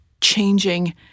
changing